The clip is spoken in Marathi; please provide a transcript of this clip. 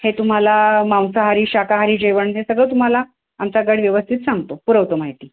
हे तुम्हाला मांसाहारी शाकाहारी जेवण हे सगळं तुम्हाला आमचा गाइड व्यवस्थित सांगतो पुरवतो माहिती